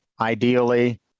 Ideally